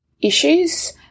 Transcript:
issues –